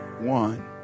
One